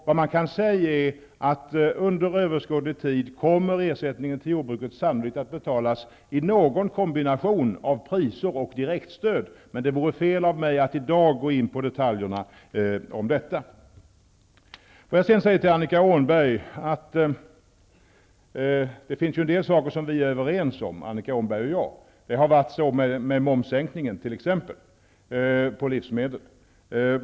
Vad man kan säga är att ersättningen till jordbruket under överskådlig tid sannolikt kommer att betalas i någon kombination av priser och direktstöd, men det vore fel av mig att i dag gå in på detaljer om detta. Det finns ju en del saker som Annika Åhnberg och jag är överens om. Så har det t.ex. varit med momssänkningen på livsmedel.